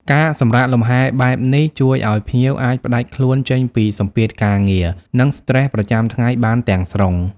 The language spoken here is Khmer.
ការសម្រាកលំហែបែបនេះ ជួយឲ្យភ្ញៀវអាចផ្តាច់ខ្លួនចេញពីសម្ពាធការងារ និងស្ត្រេសប្រចាំថ្ងៃបានទាំងស្រុង។